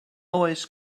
oes